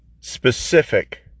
specific